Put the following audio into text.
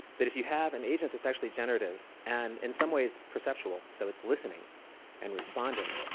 that if you have an agent that's actually generative and in some ways perceptual, so it's listening and responding,